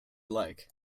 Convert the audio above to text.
like